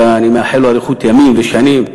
שאני מאחל לו אריכות ימים ושנים,